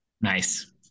Nice